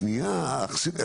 שניה אח שלי,